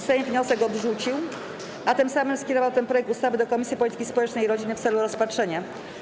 Sejm wniosek odrzucił, a tym samym skierował ten projekt ustawy do Komisji Polityki Społecznej i Rodziny w celu rozpatrzenia.